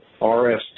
RST